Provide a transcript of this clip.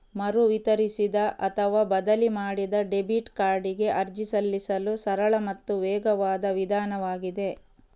ಮರು ವಿತರಿಸಿದ ಅಥವಾ ಬದಲಿ ಮಾಡಿದ ಡೆಬಿಟ್ ಕಾರ್ಡಿಗೆ ಅರ್ಜಿ ಸಲ್ಲಿಸಲು ಸರಳ ಮತ್ತು ವೇಗವಾದ ವಿಧಾನವಾಗಿದೆ